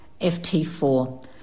FT4